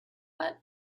what